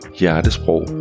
hjertesprog